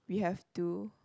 we have to